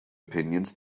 opinions